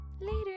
Later